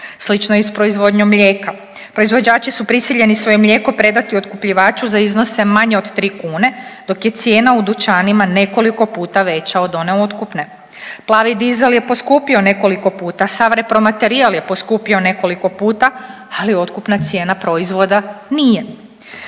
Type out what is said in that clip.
Slično je i s proizvodnjom mlijeka. Proizvođači su prisiljeni svoje mlijeko predati otkupljivaču za iznose manje do 3 kune, dok je cijena u dućanima nekoliko puta veća od one otkupne. Plavi dizel je poskupio nekoliko puta, sav repromaterijal je poskupio nekoliko puta, ali otkupna cijena proizvoda nije.